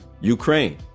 Ukraine